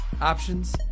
options